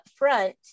upfront